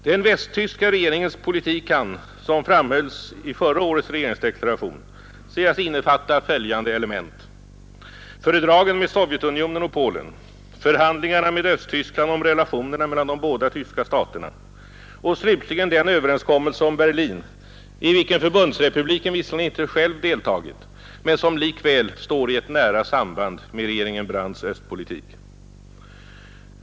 Den västtyska regeringens politik kan, som framhölls i förra årets regeringsdeklaration, sägas innefatta följande element: fördragen med Sovjetunionen och Polen, förhandlingarna med Östtyskland om relationerna mellan de båda tyska staterna och slutligen den överenskommelse om Berlin, i vilken Förbundsrepubliken visserligen inte själv deltagit men vilken likväl står i ett nära samband med regeringen Brandts östpolitik.